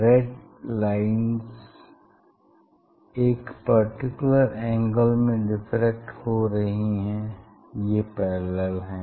red lines एक particular angle में diffract हो रही हैं ये पैरेलल हैं